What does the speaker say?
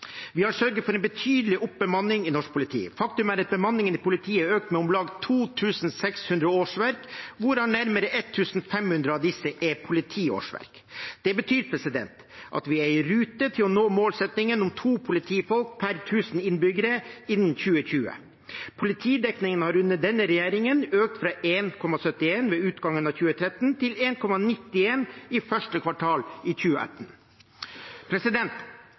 Vi har sørget for en betydelig oppbemanning i norsk politi. Faktum er at bemanningen i politiet har økt med om lag 2 600 årsverk, hvorav nærmere 1 500 av disse er politiårsverk. Det betyr at vi er i rute til å nå målsettingen om to politifolk per 1 000 innbyggere innen 2020. Politidekningen har under denne regjeringen økt fra 1,71 ved utgangen av 2013 til 1,91 i første kvartal i 2018.